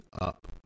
up